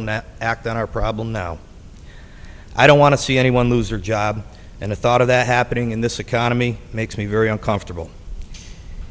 don't act on our problem now i don't want to see anyone lose their job and the thought of that happening in this economy makes me very uncomfortable